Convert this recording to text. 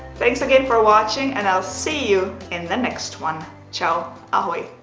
thanks again for watching and i'll see you in the next one. cau. ahoj.